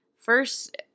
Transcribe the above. First